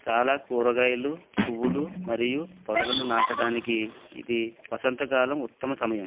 చాలా కూరగాయలు పువ్వులు మరియు పొదలను నాటడానికి ఇది వసంతకాలం ఉత్తమ సమయం